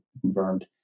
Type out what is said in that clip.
confirmed